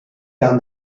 down